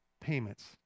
payments